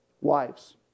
Wives